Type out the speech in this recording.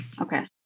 Okay